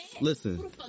listen